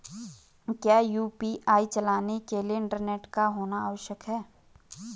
क्या यु.पी.आई चलाने के लिए इंटरनेट का होना आवश्यक है?